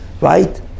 right